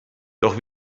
doch